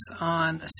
on